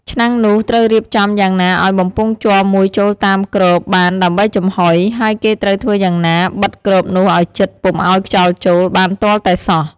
ឆ្នាំងនោះត្រូវរៀបចំយ៉ាងណាឲ្យបំពង់ជ័រមួយចូលតាមគ្របបានដើម្បីចំហុយ ហើយគេត្រូវធ្វើយ៉ាងណាបិតគ្របនោះឲ្យជិតពុំឲ្យខ្យល់ចូលបានទាល់តែសោះ។